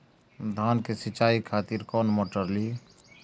धान के सीचाई खातिर कोन मोटर ली?